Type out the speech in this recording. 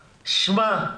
תשמע,